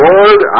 Lord